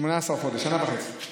שנה וחצי.